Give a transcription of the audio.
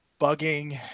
bugging